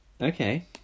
okay